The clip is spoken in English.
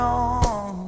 on